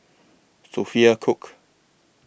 Sophia Cooke